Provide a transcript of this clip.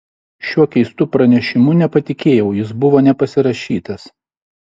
šiuo keistu pranešimu nepatikėjau jis buvo nepasirašytas